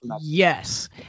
Yes